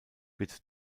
wird